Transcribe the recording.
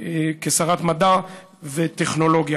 שרת המדע והטכנולוגיה.